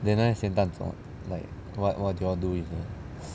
then 那些咸蛋怎么 like what what did you all do with it